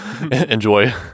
enjoy